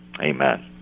Amen